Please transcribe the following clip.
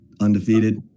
undefeated